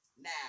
now